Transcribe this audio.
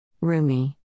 Rumi